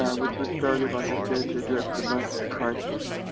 which was started, like i said, to address the meth crisis.